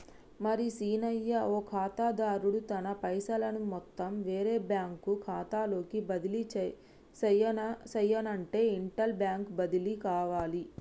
మరి సీనయ్య ఓ ఖాతాదారుడు తన పైసలను మొత్తం వేరే బ్యాంకు ఖాతాలోకి బదిలీ సెయ్యనఅంటే ఇంటర్ బ్యాంక్ బదిలి కావాలి